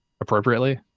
appropriately